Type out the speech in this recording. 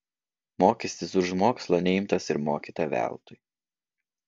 mokestis už mokslą neimtas ir mokyta veltui